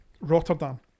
Rotterdam